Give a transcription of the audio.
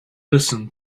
listen